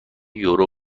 یورو